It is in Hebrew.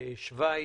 שווייץ,